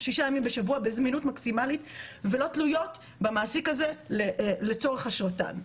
6 ימים בשבוע בזמינות מקסימלית ולא תלויות במעסיק הזה לצורך אשרתן.